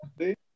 Okay